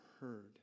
heard